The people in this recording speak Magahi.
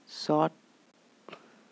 शार्ट टर्म लोन के का मतलब हई?